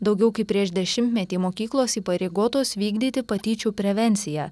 daugiau kaip prieš dešimtmetį mokyklos įpareigotos vykdyti patyčių prevenciją